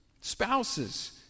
spouses